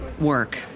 work